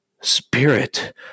Spirit